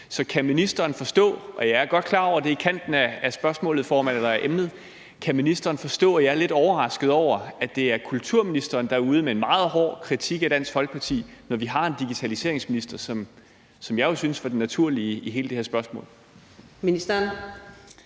Så kan ministeren forstå, og jeg er godt klar over, at det er i kanten af emnet, formand, at jeg er lidt overrasket over, at det er kulturministeren, der er ude med en meget hård kritik af Dansk Folkeparti, når vi har en digitaliseringsminister, som jeg jo synes var den naturlige i hele det her spørgsmål? Kl.